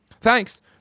Thanks